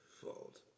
fault